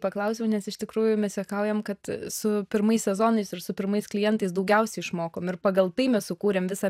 paklausiau nes iš tikrųjų mes juokaujam kad su pirmais sezonais ir su pirmais klientais daugiausia išmokom ir pagal tai mes sukūrėm visą